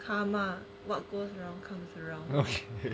karma [what] goes around comes around